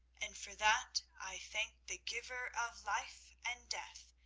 and for that i thank the giver of life and death,